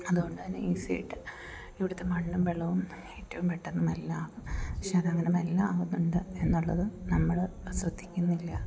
അതുകൊണ്ടു തന്നെ ഈസി ആയിട്ട് ഇവിടത്തെ മണ്ണും വെള്ളവും ഏറ്റവും പെട്ടെന്ന് മലിനമാകും പക്ഷെ അത് അങ്ങനെ മലിനമാകുന്നുണ്ട് എന്നുള്ളത് നമ്മൾ ശ്രദ്ധിക്കുന്നില്ല